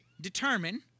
determine